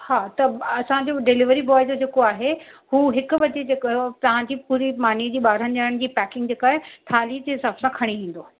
हा त ॿ असांजो डिलीवरी बॉए जो जेको आहे हु हिक बजे जेको तव्हांजी पूरी मानीअ जी ॿारहनि ॼणनि जी पैकिंग जेका आहे थाली जे हिसाब सां खणी ईंदो